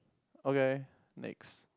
okay next